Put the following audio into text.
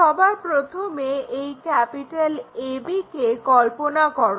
সবার প্রথমে এই AB কে কল্পনা করো